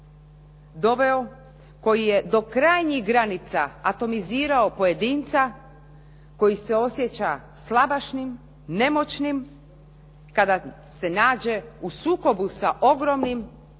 doveo koji je do krajnjih granica atomizirao pojedinca koji se osjeća slabašnim, nemoćnim kada se nađe u sukobu sa ogromnim